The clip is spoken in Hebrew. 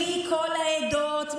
מכל העדות,